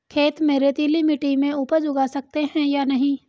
खेत में रेतीली मिटी में उपज उगा सकते हैं या नहीं?